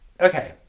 okay